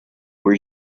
were